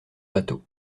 bateau